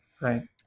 Right